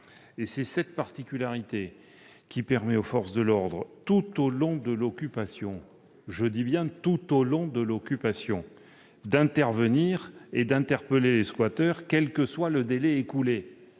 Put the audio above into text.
C'est cette particularité qui permet aux forces de l'ordre, tout au long de l'occupation - je dis bien tout au long de l'occupation - d'intervenir et d'interpeller les squatteurs, quel que soit le délai écoulé.